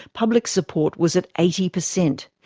public support was at eighty percent.